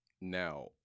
Now